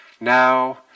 Now